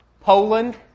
Poland